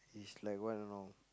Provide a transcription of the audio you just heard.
is like what you know